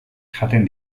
jaten